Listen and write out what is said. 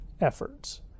efforts